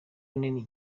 nini